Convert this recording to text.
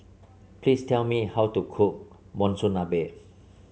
please tell me how to cook Monsunabe